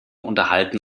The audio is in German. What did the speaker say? unterhalten